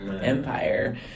empire